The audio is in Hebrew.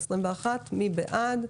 מי בעד?